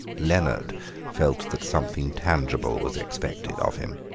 leonard felt that something tangible was expected of him.